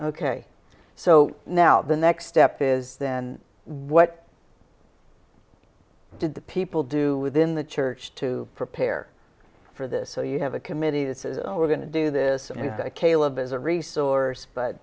ok so now the next step is then what did the people do within the church to prepare for this so you have a committee that says we're going to do this and caleb is a resource but